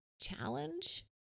Challenge